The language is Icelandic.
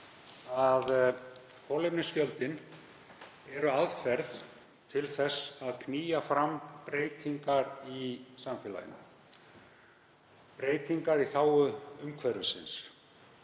að kolefnisgjöldin eru aðferð til að knýja fram breytingar í samfélaginu, breytingar í þágu umhverfisins.